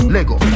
Lego